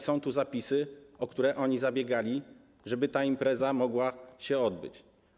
Są tu zapisy, o które one zabiegały, żeby ta impreza mogła się odbyć.